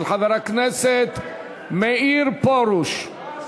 של חבר הכנסת מאיר פרוש.